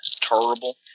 Terrible